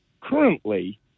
currently